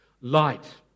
Light